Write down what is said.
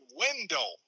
window